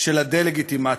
של הדה-לגיטימציה.